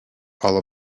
all